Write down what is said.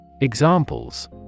Examples